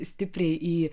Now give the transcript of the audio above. stipriai į